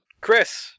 chris